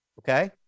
Okay